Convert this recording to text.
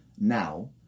now